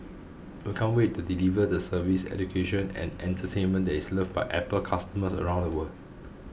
we can't wait to deliver the service education and entertainment that is loved by Apple customers around the world